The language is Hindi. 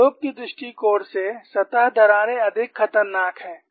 उद्योग के दृष्टिकोण से सतह दरारें अधिक खतरनाक हैं